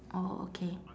oh okay